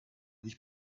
dich